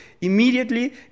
immediately